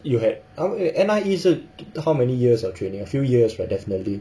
you had how many N_I_E 是 how many years of training a few years right definitely